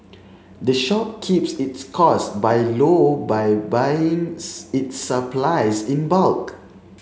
the shop keeps its costs by low by buyings its supplies in bulk